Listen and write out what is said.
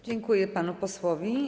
Dziękuję panu posłowi.